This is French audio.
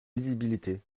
lisibilité